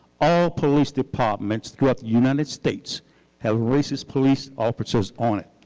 all police departments throughout the united states have racist police officers on it,